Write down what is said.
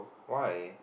why